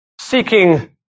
seeking